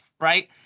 right